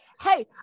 Hey